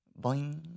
boing